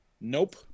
Nope